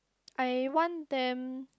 I want them